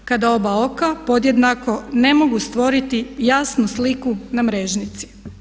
Kada oba oka podjednako ne mogu stvoriti jasnu sliku na mrežnici.